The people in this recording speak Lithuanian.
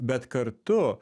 bet kartu